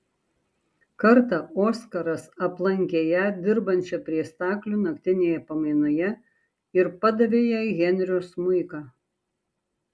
kartą oskaras aplankė ją dirbančią prie staklių naktinėje pamainoje ir padavė jai henrio smuiką